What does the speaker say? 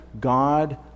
God